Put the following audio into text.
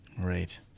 Right